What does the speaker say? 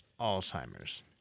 Alzheimer's